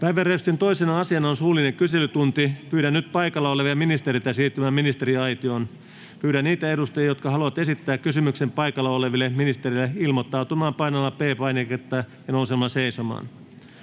Päiväjärjestyksen 2. asiana on suullinen kyselytunti. Pyydän nyt paikalla olevia ministereitä siirtymään ministeriaitioon. Pyydän niitä edustajia, jotka haluavat esittää kysymyksen paikalla oleville ministereille, ilmoittautumaan painamalla P-painiketta ja nousemalla seisomaan.